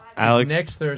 Alex